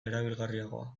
erabilgarriagoa